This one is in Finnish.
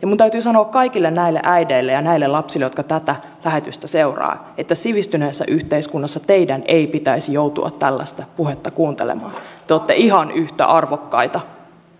ja minun täytyy sanoa kaikille näille äideille ja näille lapsille jotka tätä lähetystä seuraavat että sivistyneessä yhteiskunnassa teidän ei pitäisi joutua tällaista puhetta kuuntelemaan te olette ihan yhtä arvokkaita